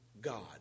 God